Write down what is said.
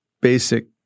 basic